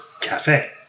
cafe